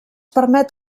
permet